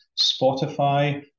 Spotify